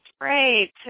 Great